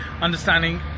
understanding